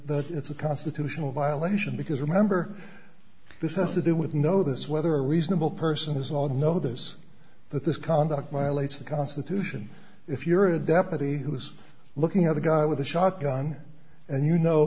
that it's a constitutional violation because remember this has to do with know this whether a reasonable person is all notice that this conduct my lates the constitution if you're a deputy who's looking at the guy with a shotgun and you know